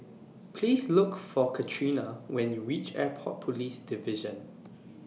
Please Look For Katrina when YOU REACH Airport Police Division